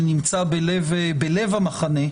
שנמצא בלב המחנה,